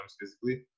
physically